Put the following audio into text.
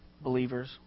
believers